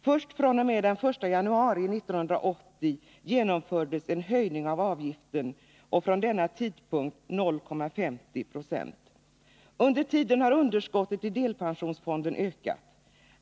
Först fr.o.m. den 1 januari 1980 genomfördes en höjning av avgiften, och den är från denna tidpunkt 0,50 96. Under tiden har underskottet i delpensionsfonden ökat.